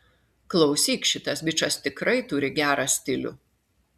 klausyk šitas bičas tikrai turi gerą stilių